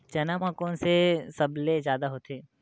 चना म कोन से सबले जादा होथे?